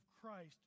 Christ